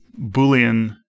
Boolean